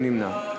מי נמנע?